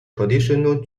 traditional